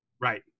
right